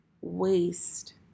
waste